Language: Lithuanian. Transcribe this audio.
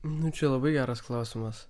nu čia labai geras klausimas